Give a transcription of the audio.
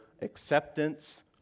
acceptance